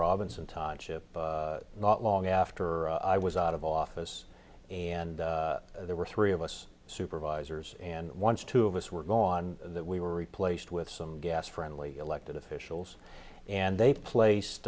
robinson timeship not long after i was out of office and there were three of us supervisors and one or two of us were going on that we were replaced with some gas friendly elected officials and they placed